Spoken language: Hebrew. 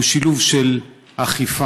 הוא שילוב של אכיפה,